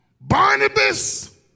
Barnabas